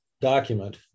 document